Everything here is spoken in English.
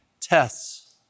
tests